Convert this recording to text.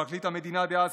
פרקליט המדינה דאז,